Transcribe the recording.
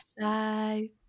Bye